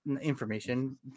information